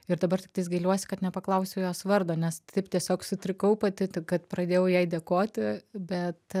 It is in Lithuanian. ir dabar tiktais gailiuosi kad nepaklausiau jos vardo nes taip tiesiog sutrikau pati tik kad pradėjau jai dėkoti bet